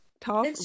talk